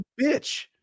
bitch